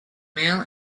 male